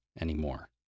anymore